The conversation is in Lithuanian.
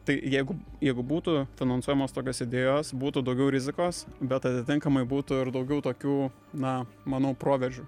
tai jeigu jeigu būtų finansuojamos tokios idėjos būtų daugiau rizikos bet atitinkamai būtų ir daugiau tokių na manau proveržių